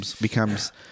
becomes